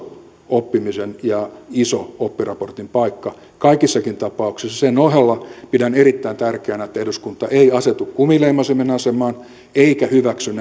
oppimisen ja oppiraportin paikka kaikissakin tapauksissa sen ohella pidän erittäin tärkeänä että eduskunta ei asetu kumileimasimen asemaan eikä hyväksy